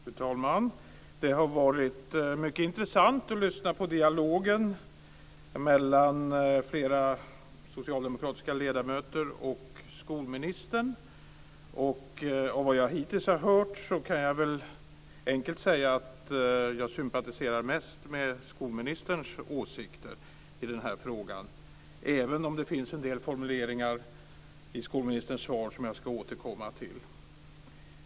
Fru talman! Det har varit mycket intressant att lyssna på meningsutbytet mellan flera socialdemokratiska ledamöter och skolministern. Efter vad jag hittills har hört kan jag enkelt säga att jag mest sympatiserar med skolministerns åsikter i den här frågan, även om det finns en del formuleringar i skolministerns svar som jag ska återkomma till.